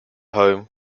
home